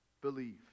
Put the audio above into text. believe